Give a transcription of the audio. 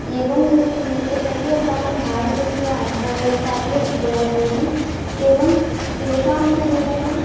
एवं यदि क्रियते तर्हि अस्माकं भारतस्य आर्थिकव्यवस्थापि रक्षिता भवति एवं तेषामपि जीवने